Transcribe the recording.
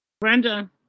Brenda